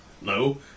no